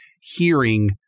hearing